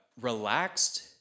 relaxed